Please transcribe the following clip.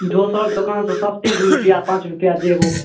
दोसर दोकानसँ सस्ते दू रुपआ पाँच रुपआ देबौ